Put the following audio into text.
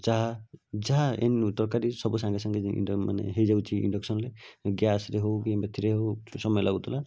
ଚାହା ଯାହା ତରକାରୀ ସବୁ ସାଙ୍ଗେ ସାଙ୍ଗେ ମାନେ ହେଇଯାଉଛି ଇଣ୍ଡକ୍ସନରେ ଗ୍ୟାସ୍ରେ ହେଉ କି ଏଥିରେ ହେଉ ସମୟ ଲାଗୁଥିଲା